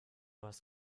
hast